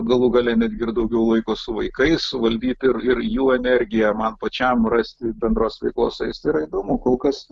galų gale netgi ir daugiau laiko su vaikais suvaldyti ir ir jų energiją man pačiam rasti bendros veiklos su jais tai yra įdomu kol kas